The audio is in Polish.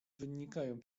wynikają